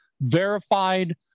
verified